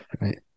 right